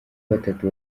batatu